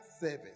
service